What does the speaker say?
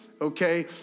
Okay